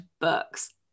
books